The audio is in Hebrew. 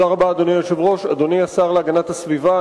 אדוני השר להגנת הסביבה,